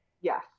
Yes